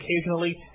occasionally